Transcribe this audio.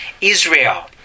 Israel